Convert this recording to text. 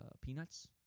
peanuts